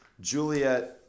Juliet